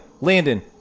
Landon